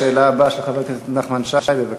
השאלה הבאה, של חבר הכנסת נחמן שי, בבקשה.